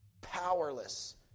Powerless